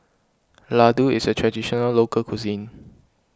Ladoo is a Traditional Local Cuisine